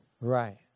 Right